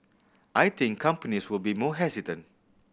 I think companies will be more hesitant